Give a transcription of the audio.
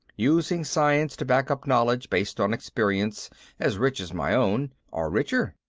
using science to back up knowledge based on experience as rich as my own or richer.